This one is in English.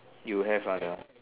you have ah the